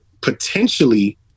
potentially